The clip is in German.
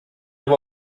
aber